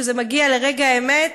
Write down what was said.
כשזה מגיע לרגע האמת,